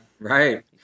Right